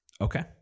Okay